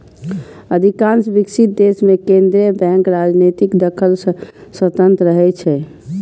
अधिकांश विकसित देश मे केंद्रीय बैंक राजनीतिक दखल सं स्वतंत्र रहै छै